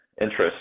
interest